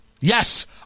Yes